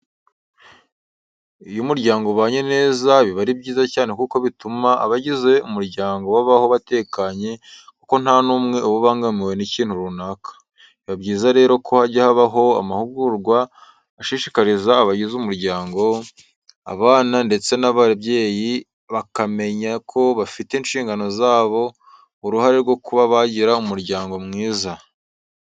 Iyo umuryango ubanye neza biba ari byiza cyane kuko bituma abagize uwo muryango babaho batekanye kuko nta n'umwe uba ubangamiwe n'ikintu runaka. Ni byiza rero ko hajya habaho amahugurwa ashishikariza abagize umuryango, abana ndetse n'ababyeyi bakamenya ko bafite mu nshingano zabo uruhare rwo kuba bagira umuryango mwiza.